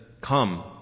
come